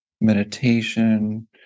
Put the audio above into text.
meditation